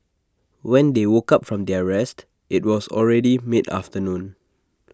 when they woke up from their rest IT was already mid afternoon